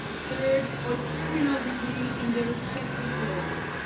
third, or therminal degree in their respective fields.